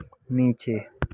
नीचे